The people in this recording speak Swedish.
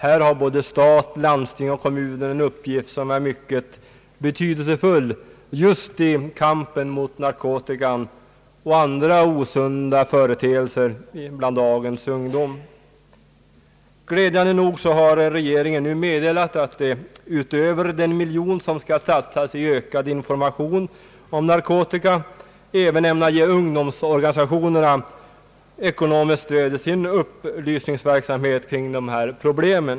Här har både stat, landsting och kommun en uppgift som är mycket betydelsefull just i kampen mot narkotika och andra osunda företeelser bland dagens ungdom. ” Glädjande nog har regeringen nu meddelat att den utöver den miljon som skall satsas för ökad information om narkotika även ämnar ge ungdomsorganisationerna ekonomiskt stöd till deras upplysningsverksamhet kring dessa problem.